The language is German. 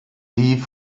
die